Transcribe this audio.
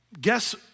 Guess